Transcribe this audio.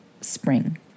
spring